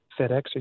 fedex